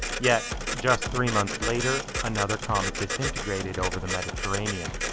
yet just three months later, another comet disintegrated over the mediterranean.